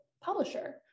publisher